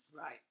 Right